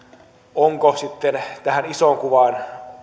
ovatko sitten tähän isoon kuvaan